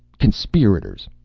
conspirators,